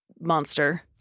monster